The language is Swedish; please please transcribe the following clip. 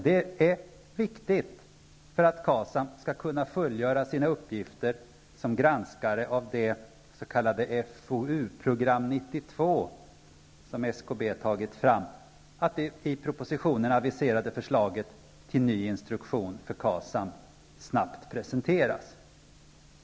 Det är viktigt, för att KASAM skall kunna fullgöra sina uppgifter som granskare av det s.k. FoU-program 92 som SKB tagit fram, att det i propositionen aviserade förslaget till ny instruktion för KASAM snabbt presenteras.